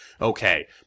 Okay